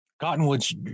Cottonwoods